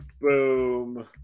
boom